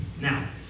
Now